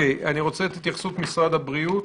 אני רוצה את התייחסות משרד הבריאות.